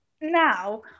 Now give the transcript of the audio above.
now